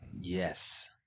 Yes